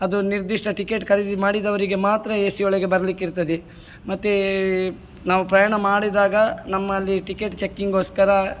ಅದು ನಿರ್ದಿಷ್ಟ ಟಿಕೆಟ್ ಖರೀದಿ ಮಾಡಿದವರಿಗೆ ಮಾತ್ರ ಎ ಸಿಯೊಳಗೆ ಬರಲಿಕಿರ್ತದೆ ಮತ್ತು ನಾವು ಪ್ರಯಾಣ ಮಾಡಿದಾಗ ನಮ್ಮಲ್ಲಿ ಟಿಕೆಟ್ ಚೆಕ್ಕಿಂಗೋಸ್ಕರ